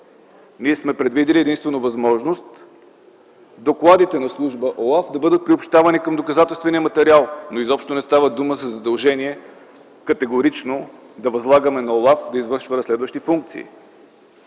Ние сме предвидили единствено възможност докладите на Служба ОЛАФ да бъдат приобщавани към доказателствения материал, но изобщо не става дума за задължение категорично да възлагаме на ОЛАФ да извършва разследващи функции.